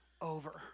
over